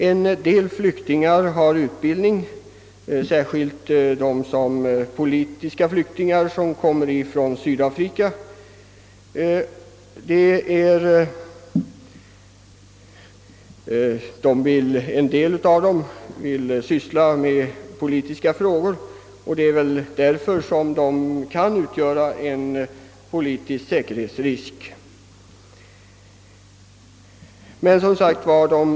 En del flyktingar har utbildning, särskilt de politiska flyktingar som kommer från Sydafrika. De vill ofta engagera sig i politiken, och det är väl därför som de kan utgöra en politisk säkerhetsrisk för mottagarländerna.